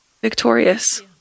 victorious